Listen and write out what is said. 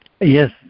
Yes